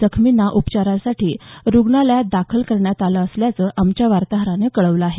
जखमींना उपचारासाठी रुग्णालयात दाखल करण्यात आलं असल्याचं आमच्या वार्ताहारानं कळवल आहे